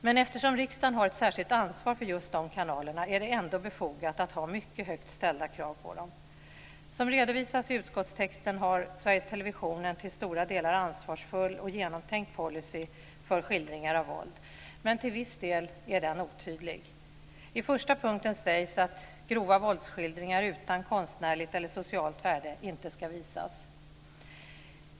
Men eftersom riksdagen har ett särskilt ansvar för just de kanalerna är det ändå befogat att ha mycket högt ställda krav på dem. Som redovisas i utskottstexten har Sveriges Television en till stora delar ansvarsfull och genomtänkt policy för skildringar av våld, men till viss del är den otydlig. I första punkten sägs att grova våldsskildringar utan konstnärligt eller socialt värde inte ska visas.